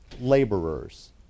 laborers